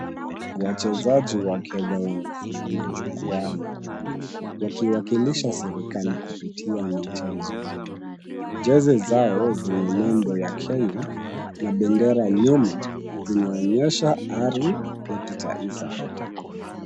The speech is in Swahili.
Wachezaji wa Kenya wamesimama jukwaani wakiwakilisha serikali kupitia michezo. Jezi zao zenye nembo ya Kenya na bendera nyuma zinaonyesha ari ya kitaifa.